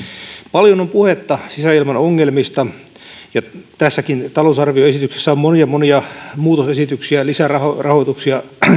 paljon on puhetta sisäilmaongelmista ja tässäkin talousarvioesityksessä on monia monia muutosesityksiä ja lisärahoituksia